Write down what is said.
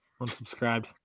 unsubscribed